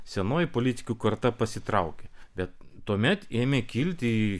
senoji politikų karta pasitraukia bet tuomet ėmė kilti į